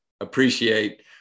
appreciate